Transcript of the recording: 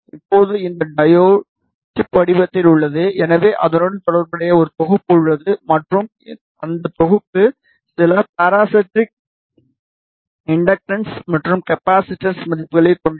இப்போது இந்த diode chip வடிவத்தில் உள்ளது எனவே அதனுடன் தொடர்புடைய ஒரு தொகுப்பு உள்ளது மற்றும் அந்த தொகுப்பு சில பாராசெட்டிக் இண்டக்டன்ஸ் மற்றும் கப்பாசிட்டன்ஸ் மதிப்புகளைக் கொண்டிருக்கும்